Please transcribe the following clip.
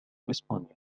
أسبانيا